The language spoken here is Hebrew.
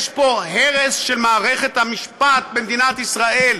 יש פה הרס של מערכת המשפט במדינת ישראל,